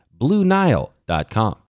BlueNile.com